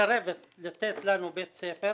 מסרבת לתת לנו בית ספר.